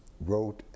wrote